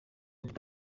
mfite